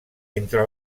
entre